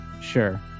sure